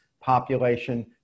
population